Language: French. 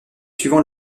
suivant